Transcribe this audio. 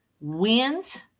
wins